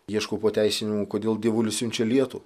ieškau pateisinimų kodėl dievulis siunčia lietų